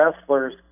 wrestlers